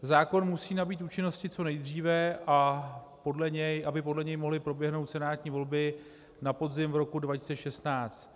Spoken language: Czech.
Zákon musí nabýt účinnosti co nejdříve, aby podle ně mohly proběhnout senátní volby na podzim roku 2016.